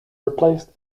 replaced